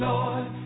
Lord